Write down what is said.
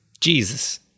Jesus